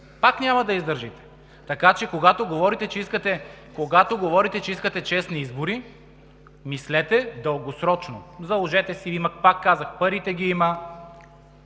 Пак няма да издържите. Когато говорите, че искате честни избори, мислете дългосрочно. Заложете си, пак казвам: парите ги има,